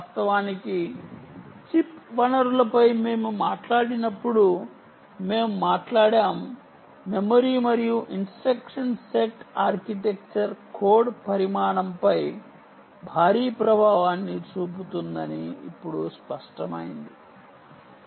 వాస్తవానికి చిప్ వనరులపై మేము మాట్లాడినప్పుడు మేము మాట్లాడాము మెమరీ మరియు ఇన్స్ట్రక్షన్ సెట్ ఆర్కిటెక్చర్ కోడ్ పరిమాణంపై భారీ ప్రభావాన్ని చూపుతుందని ఇప్పుడు స్పష్టమైంది